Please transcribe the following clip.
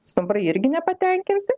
stumbrai irgi nepatenkinti